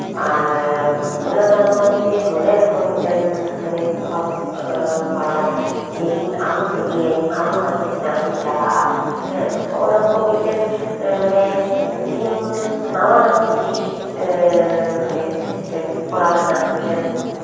ᱟᱨ ᱚᱱᱟ ᱥᱟᱶᱼᱥᱟᱶᱛᱮ ᱢᱚᱱᱮ ᱨᱮᱦᱚᱸ ᱢᱤᱫᱴᱮᱱ ᱢᱟᱱᱮ ᱯᱨᱚᱵᱷᱟᱵᱽ ᱯᱟᱲᱟᱣ ᱟᱭᱟ ᱡᱮ ᱤᱧ ᱟᱨᱦᱚᱸ ᱵᱷᱟᱹᱜᱤᱭᱟᱹᱧ ᱟᱨᱦᱚᱸ ᱦᱟᱱᱛᱮ ᱪᱮᱛᱟᱱ ᱥᱮᱫ ᱤᱧ ᱪᱟᱞᱟᱜᱼᱟ ᱦᱮᱸ ᱦᱚᱸᱜᱼᱱᱟ ᱠᱚ ᱢᱤᱫᱴᱮᱱ ᱢᱟᱱᱮ ᱫᱤᱱ ᱱᱟᱣᱟ ᱱᱟᱣᱟ ᱡᱤᱱᱤᱥᱮ ᱢᱟᱱᱮ ᱠᱚᱨᱟᱣ ᱨᱮᱱᱟᱜ ᱢᱤᱫᱴᱮᱱ